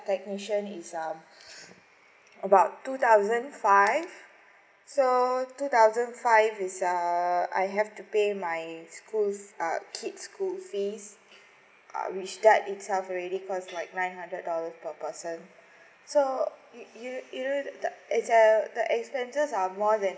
technician is ah about two thousand five so two thousand five is ah I have to pay my school um kid school fees which that itself already cost like nine hundred dollar per person so you know you know the the expenses are more than